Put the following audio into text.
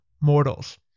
mortals